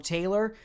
Taylor